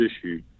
issue